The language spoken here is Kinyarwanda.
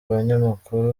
abanyamakuru